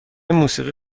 موسیقی